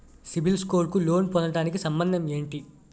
CIBIL score కు loan పొందటానికి సంబంధం ఏంటి?